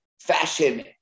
fashion